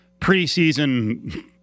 preseason